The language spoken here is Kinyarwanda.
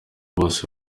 bose